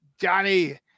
Johnny